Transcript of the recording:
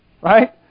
Right